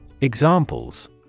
Examples